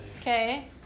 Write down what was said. Okay